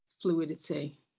fluidity